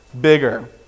bigger